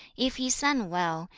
if he sang well,